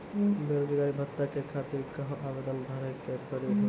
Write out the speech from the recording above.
बेरोजगारी भत्ता के खातिर कहां आवेदन भरे के पड़ी हो?